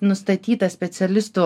nustatytą specialistų